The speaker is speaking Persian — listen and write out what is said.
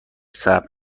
صبر